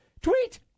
Tweet